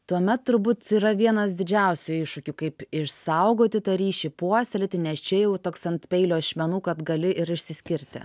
tuomet turbūt yra vienas didžiausių iššūkių kaip išsaugoti tą ryšį puoselėti nes čia jau toks ant peilio ašmenų kad gali ir išsiskirti